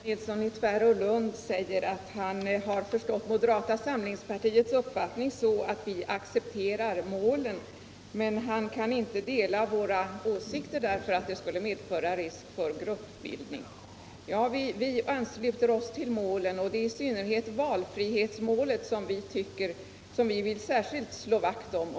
Herr talman! Herr Nilsson i Tvärålund säger att han har förstått moderata samlingspartiets uppfattning så att vi accepterar målen, men han kan inte dela våra åsikter därför att dessa skulle medföra risk för gruppbildning. Ja, vi ansluter oss till målen, och det är valfrihetsmålet som vi särskilt vill slå vakt om.